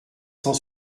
cent